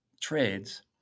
trades